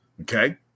okay